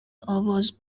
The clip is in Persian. آواز